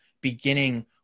beginning